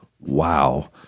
wow